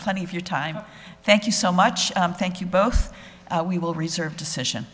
plenty of your time thank you so much thank you both we will reserve decision